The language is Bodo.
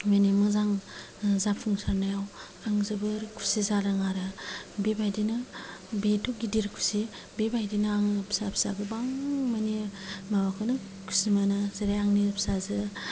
माने मोजां जाफुंसारनायाव आं जोबोर खुसि जादों आरो बेबायदिनो बिथ' गिदिर खुसि बेबायदिनो आङो फिसा फिसा गोबां माने माबाखौनो खुसि मोनो जेरै आंनि फिसाजो